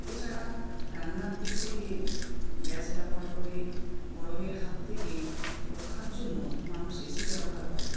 এছাড়া রান্নার দিক থেকে গ্যাস ব্যবহার করে গরমের হাত থেকে রক্ষার জন্য মানুষ এ সি ব্যবহার করে